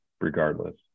regardless